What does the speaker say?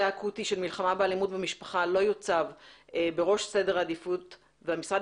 האקוטי של מלחמה באלימות במשפחה לא יוצב בראש סדר העדיפות והמשרד